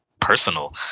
personal